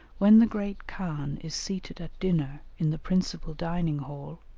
when the great khan is seated at dinner in the principal dining-hall,